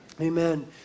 Amen